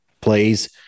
plays